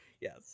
Yes